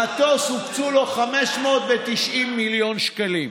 המטוס, הוקצו לו 590 מיליון שקלים.